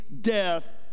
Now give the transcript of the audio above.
death